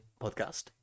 podcast